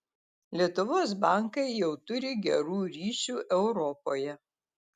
lietuvos bankai jau turi gerų ryšių europoje